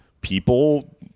people